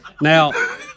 Now